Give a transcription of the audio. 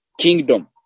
kingdom